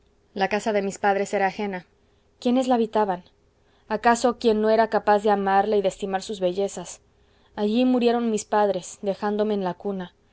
la casa de mis padres era ajena quiénes la habitaban acaso quien no era capaz de amarla y de estimar sus bellezas allí murieron mis padres dejándome en la cuna